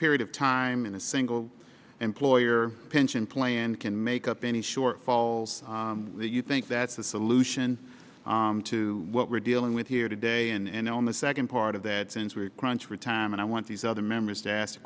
period of time in a single employer pension plan can make up any shortfalls you think that's the solution to what we're dealing with here today and on the second part of that since we're crunched for time and i want these other members t